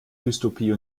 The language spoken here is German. dystopie